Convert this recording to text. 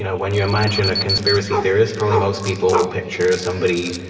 when you imagine a conspiracy theorist, probably most people picture somebody